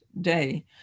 day